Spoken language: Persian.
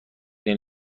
این